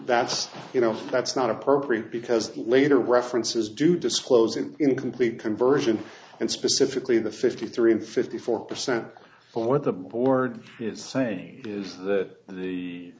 that's you know that's not appropriate because later references do disclose an incomplete conversion and specifically the fifty three and fifty four percent for the board it's saying is that the